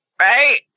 right